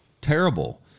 Terrible